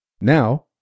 Now